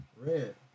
Red